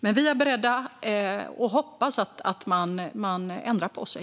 Men vi är beredda, och vi hoppas helt enkelt att man ändrar sig.